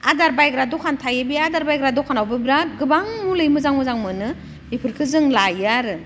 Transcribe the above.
आदार बायग्रा दखान थायो बे आदार बायग्रा दखानावबो बिराद गोबां मुलि मोजां मोजां मोनो बेफोरखौ जों लायो आरो